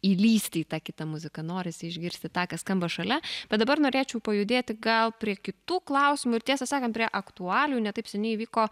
įlįsti į tą kitą muziką norisi išgirsti tą kas skamba šalia bet dabar norėčiau pajudėti gal prie kitų klausimų ir tiesą sakant prie aktualijų ne taip seniai įvyko